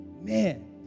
Man